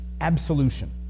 absolution